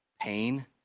pain